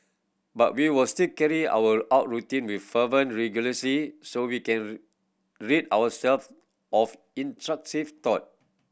but we will still carry our out routine with fervent religiosity so we can rid ourself of intrusive thought